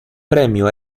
premio